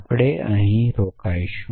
આપણે અહીં રોકાઈશું